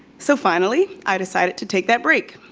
so finally, i decided to take that break.